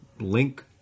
link